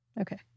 Okay